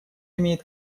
имеет